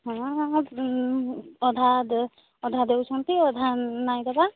ହୁଁ ଅଧା ଅଧା ଦେଉଛନ୍ତି ଅଧା ନାଇଁ ଦେବା